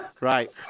Right